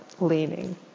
leaning